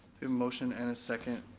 um motion and a second.